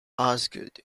osgood